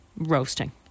roasting